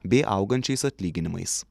bei augančiais atlyginimais